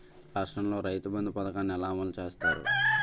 రాష్ట్రంలో రైతుబంధు పథకాన్ని ఎలా అమలు చేస్తారు?